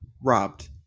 Robbed